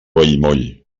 vallmoll